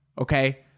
okay